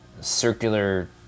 circular